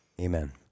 Amen